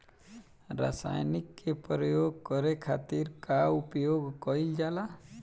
रसायनिक के प्रयोग करे खातिर का उपयोग कईल जाला?